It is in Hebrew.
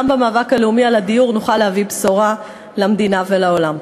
גם במאבק הלאומי על הדיור נוכל להביא בשורה למדינה ולעולם.